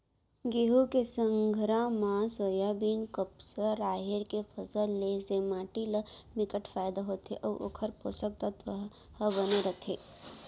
गहूँ के संघरा म सोयाबीन, कपसा, राहेर के फसल ले से माटी ल बिकट फायदा होथे अउ ओखर पोसक तत्व ह बने रहिथे